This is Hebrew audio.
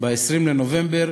ב-20 בנובמבר,